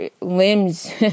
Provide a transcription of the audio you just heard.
limbs